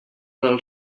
del